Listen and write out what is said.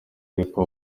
ariko